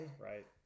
right